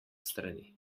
strani